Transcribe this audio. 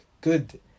good